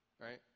right